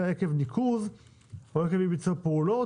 עקב ניקוז או עקב אי-ביצוע פעולות",